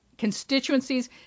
constituencies